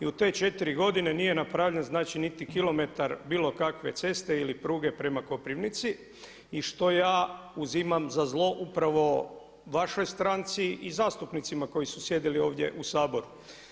I u te 4 godine nije napravljen znači niti kilometar bilo kakve ceste ili pruge prema Koprivnici i što ja uzimam za zlo upravo vašoj stranci i zastupnicima koji su sjedili ovdje u Saboru.